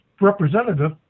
representative